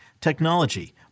technology